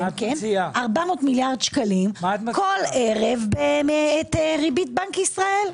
400 מיליארד שקלים כל ערב בריבית בנק ישראל.